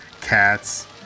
cats